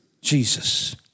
Jesus